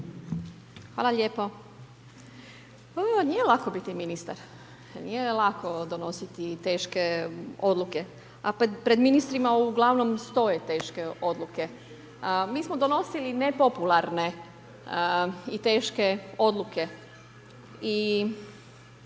Hvala lijepo. Bome vam nije lako biti ministar, nije lako donositi teše odluke, a pred ministrima uglavnom stoje teške odluke. Mi smo donosili nepopularne i teške odluke